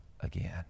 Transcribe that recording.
again